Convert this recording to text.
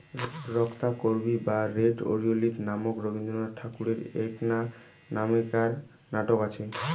রক্তকরবী বা red oleander নামক রবীন্দ্রনাথ ঠাকুরের এ্যাকনা নামেক্কার নাটক আচে